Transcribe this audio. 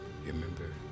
remember